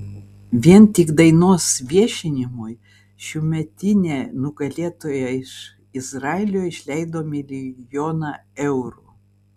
vien tik dainos viešinimui šiųmetinė nugalėtoja iš izraelio išleido milijoną eurų